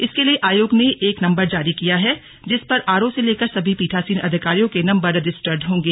इसके लिए आयोग ने एक नंबर जारी किया है जिस पर आरओ से लेकर सभी पीठासीन अधिकारियों के नंबर रजिस्टर्ड होंगे